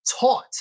taught